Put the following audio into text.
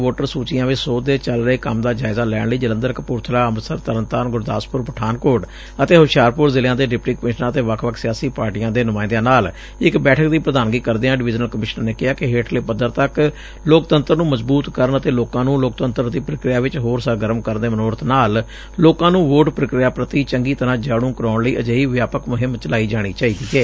voter ਸੁਚੀਆਂ ਚ ਸੋਧ ਦੇ ਚਲ ਰਹੇ ਕੰਮ ਦਾ ਜਾਇਜਾ ਲੈਣ ਲਈ ਜਲੰਧਰ ਕਪੁਰਬਲਾ ਅੰਮਿਤਸਰ ਤਰਨਤਾਰਨ ਗੁਰਦਾਸਪੁਰ ਪਠਾਨਕੋਟ ਅਤੇ ਹੁਸ਼ਿਆਰਪੁਰ ਜ਼ਿਲ਼ਿਆਂ ਦੇ ਡਿਪਟੀ ਕਮਿਸ਼ਨਰਾਂ ਅਤੇ ਵੱਖ ਵੱਖ ਸਿਆਸੀ ਪਾਰਟੀਆਂ ਦੇ ਨੁਮਾਇਂਦਿਆਂ ਨਾਲ ਇਕ ਬੈਠਕ ਦੀ ਪ੍ਰਧਾਨਗੀ ਕਰਦਿਆਂ ਡਿਵੀਜ਼ਨਲ ਕਮਿਸ਼ਨਰ ਨੇ ਕਿਹਾ ਕਿ ਹੇਠਲੇ ਪੱਧਰ ਤੱਕ ਲੋਕਤੰਤਰ ਨੁ ਮਜ਼ਬੂਤ ਕਰਨ ਅਤੇ ਲੋਕਾਂ ਨੂੰ ਲੋਕਤੰਤਰ ਦੀ ਪੀਕਿਆ ਚ ਹੋਰ ਸਰਗਰਮ ਕਰਨ ਦੇ ਮਨੋਰਥ ਨਾਲ ਲੋਕਾਂ ਨੂੰ ਵੋਟ ਪ੍ਰੀਕ੍ਆ ਪ੍ਰਤੀ ਚੰਗੀ ਤਰੁਾਂ ਜਾਣੂੰ ਕਰਾਉਣ ਲਈ ਅਜਿਹੀ ਵਿਆਪਕ ਮੁਹਿੰਮ ਚਲਾਈ ਜਾਣੀ ਚਾਹੀਦੀ ਏ